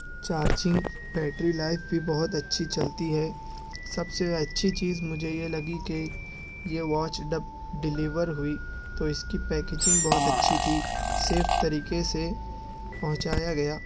charging battery life بھی بہت اچھی چلتی ہے سب سے اچھی چیز مجھے یہ لگی کہ یہ واچ ڈیلیور ہوئی تو اس کی پیکیجنگ بہت اچھی تھی سیف طریقے سے پہنچایا گیا